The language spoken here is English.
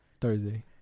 Thursday